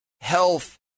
health